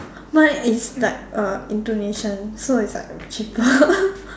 mine is like a Indonesian so it's like cheaper